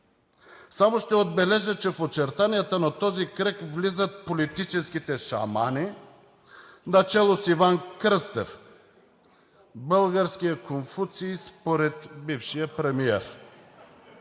Само ще отбележа, че в очертанията на този кръг влизат политическите шамани начело с Иван Кръстев – българският Конфуций според бившия премиер,